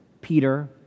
Peter